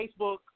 Facebook